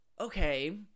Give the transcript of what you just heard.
okay